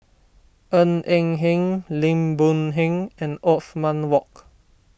Ng Eng Hen Lim Boon Heng and Othman Wok